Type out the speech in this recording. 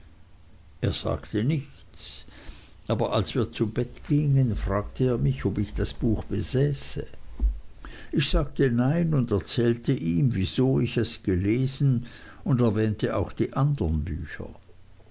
er sagte nichts aber als wir zu bett gingen fragte er mich ob ich das buch besäße ich sagte nein und erzählte ihm wieso ich es gelesen und erwähnte auch die andern bücher